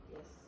Yes